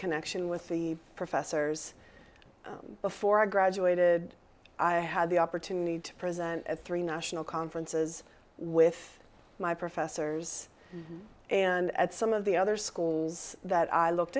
connection with the professors before i graduated i had the opportunity to present at three national conferences with my professors and at some of the other schools that i looked